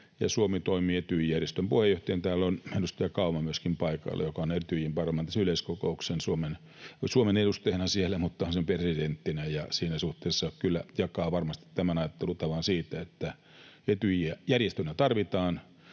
Suomi toimii Etyj-järjestön puheenjohtajana. Täällä on edustaja Kauma myöskin paikalla, joka on Etyjin parlamentaarisen yleiskokouksen Suomen edustajana siellä, sen presidenttinä, ja siinä suhteessa kyllä jakaa varmasti tämän ajattelutavan siitä, että Etyjiä järjestönä tarvitaan.